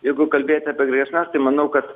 jeigu kalbėt apie grėsmes tai manau kad